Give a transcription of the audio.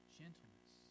gentleness